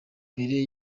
mbere